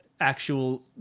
Actual